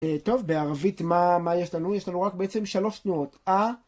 טוב, בערבית מה יש לנו? יש לנו רק בעצם שלוש תנועות. אה,